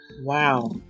wow